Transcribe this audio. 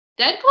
Deadpool